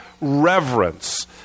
reverence